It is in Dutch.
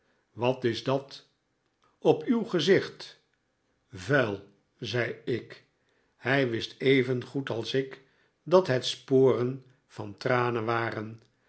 wat is dat op uw gezicht vuil zei ik hij wist evengoed als ik dat het sporen van tranen waren